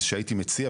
שהייתי מציע,